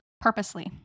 Purposely